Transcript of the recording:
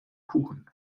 kuchen